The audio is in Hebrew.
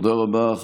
תודה רבה.